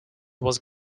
was